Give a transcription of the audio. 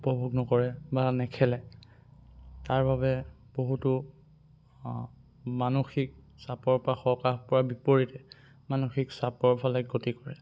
উপভোগ নকৰে বা নেখেলে তাৰ বাবে বহুতো মানসিক চাপৰ পৰা সকাহ পোৱাৰ বিপৰীতে মানসিক চাপৰ ফালে গতি কৰে